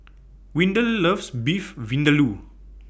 Windell loves Beef Vindaloo